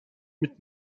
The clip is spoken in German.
mit